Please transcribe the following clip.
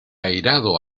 airado